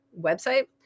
website